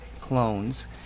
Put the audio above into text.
clones